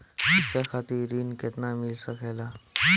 शिक्षा खातिर ऋण केतना मिल सकेला?